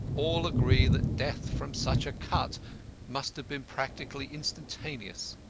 all agreed that death from such a cut must have been practically instantaneous,